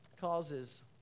causes